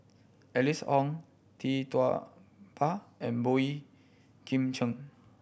Alice Ong Tee Tua Ba and Boey Kim Cheng